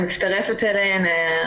אני מצטרפת אליהם.